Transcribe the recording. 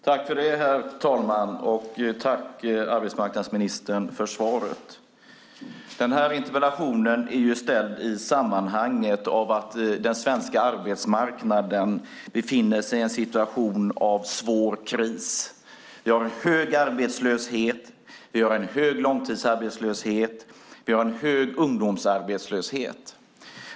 Herr talman! Tack, arbetsmarknadsministern, för svaret! Den här interpellationen är ställd i det sammanhanget att den svenska arbetsmarknaden befinner sig i svår kris. Vi har hög arbetslöshet, vi har en hög långtidsarbetslöshet och en hög ungdomsarbetslöshet.